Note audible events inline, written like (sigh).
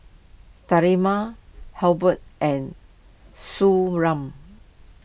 Sterimar Abbott and Suu (unintelligible)